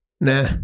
Nah